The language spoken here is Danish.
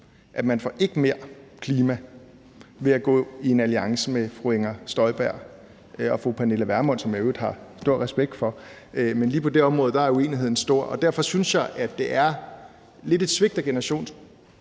at man ikke får mere klima ved at gå i en alliance med fru Inger Støjberg og fru Pernille Vermund, som jeg i øvrigt har stor respekt for, men lige på det område er uenigheden stor. Derfor synes jeg, at det er lidt et svigt af generationskontrakten,